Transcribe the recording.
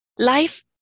Life